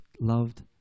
loved